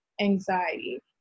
anxiety